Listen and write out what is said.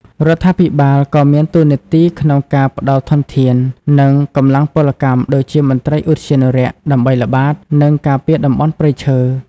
រដ្ឋាភិបាលក៏មានតួនាទីក្នុងការផ្តល់ធនធាន និងកម្លាំងពលកម្មដូចជាមន្ត្រីឧទ្យានុរក្ស ដើម្បីល្បាត និងការពារតំបន់ព្រៃឈើ។